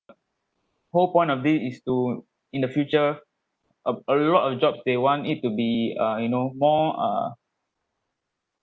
whole point of of this is to in the future a a lot of job they want it to be uh you know more uh